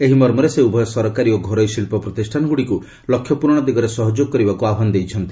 ଏହି ମର୍ମରେ ସେ ଉଭୟ ସରକାରୀ ଓ ଘରୋଇ ଶିଳ୍ପ ପ୍ରତିଷ୍ଠାନଗୁଡ଼ିକୁ ଲକ୍ଷ୍ୟ ପ୍ରରଣ ଦିଗରେ ସହଯୋଗ କରିବାକୁ ଆହ୍ୱାନ ଦେଇଛନ୍ତି